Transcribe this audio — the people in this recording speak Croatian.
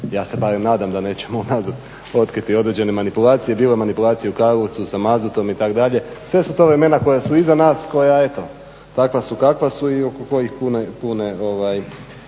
Ja se barem nadam da nećemo unazad otkriti određene manipulacije bilo manipulacije u Karlovcu sa mazotom itd., sve su to vremena koja su iza nas, koja eto takva su kakva su i oko kojih puno toga